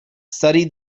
studied